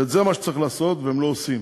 וזה מה שצריך לעשות והם לא עושים.